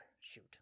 Shoot